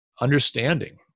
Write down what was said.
understanding